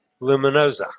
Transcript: Luminosa